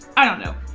i don't know.